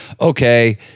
Okay